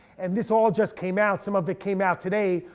and this all just came out, some of it came out today,